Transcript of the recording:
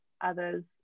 others